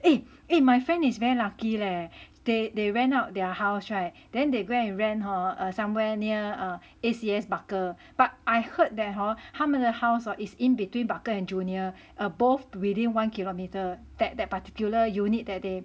eh eh my friend is very lucky leh they they rent out their house [right] then they go and rent hor somewhere near err A_C_S barker but I heard that hor 他们的 house hor its in between barker and junior err both within one kilometer that that particular unit that they